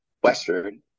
Western